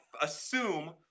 assume